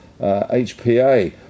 HPA